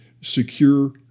secure